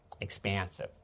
expansive